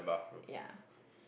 yeah